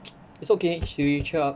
it's okay should we cheer up